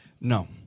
No